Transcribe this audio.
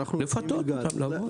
לפתות אותם לבוא.